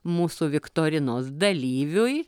mūsų viktorinos dalyviui